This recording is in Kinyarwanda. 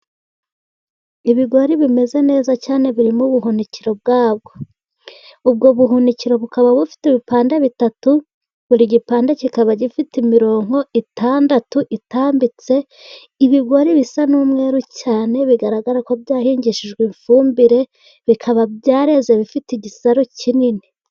Ibigori bimeze neza cyane biri mu buhunikiro bwabyo. Ubwo buhunikiro bukaba bufite ibipande bitatu, buri gipande kikaba gifite imirongo itandatu itambitse, ibigori bisa n'umweruru cyane, bigaragara ko byahingishijwe ifumbire, bikaba byareze bifite igisaro kinini.